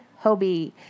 Hobi